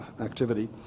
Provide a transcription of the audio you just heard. activity